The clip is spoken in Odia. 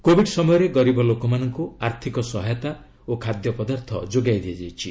କୋବିଡ୍ ସମୟରେ ଗରିବ ଲୋକମାନଙ୍କୁ ଆର୍ଥିକ ସହାୟତା ଓ ଖାଦ୍ୟ ପଦାର୍ଥ ଯୋଗାଇ ଦିଆଯାଇଛି